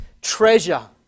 treasure